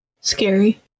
scary